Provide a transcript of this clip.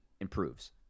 improves